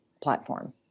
platform